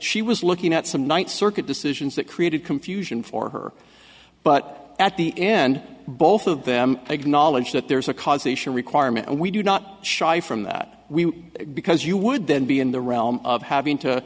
she was looking at some ninth circuit decisions that created confusion for her but at the end both of them acknowledge that there's a causation requirement and we do not shy from that we because you would then be in the realm of having to